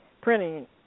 printing